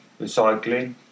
recycling